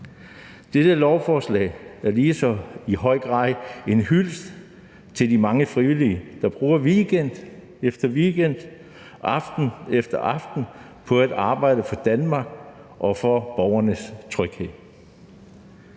Dette lovforslag er i lige så høj grad en hyldest til de mange frivillige, der bruger weekend efter weekend og aften efter aften på at arbejde for Danmark og for borgernes tryghed.